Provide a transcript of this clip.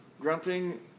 grunting